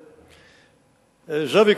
זאביק,